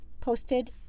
posted